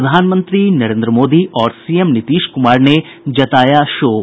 प्रधानमंत्री नरेन्द्र मोदी और सीएम नीतीश कुमार ने जताया शोक